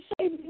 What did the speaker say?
say